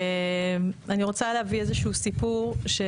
אני רוצה להביא סיפור שהוא